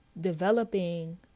Developing